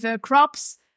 crops